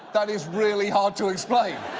that is really hard to explain.